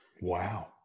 Wow